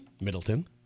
Middleton